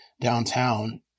downtown